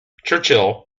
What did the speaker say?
churchill